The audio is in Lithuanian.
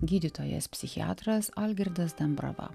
gydytojas psichiatras algirdas dambrava